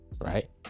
Right